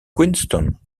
queenstown